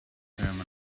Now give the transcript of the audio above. german